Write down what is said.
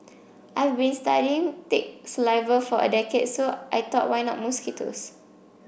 I've been studying tick saliva for a decade so I thought why not mosquitoes